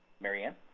mary ann?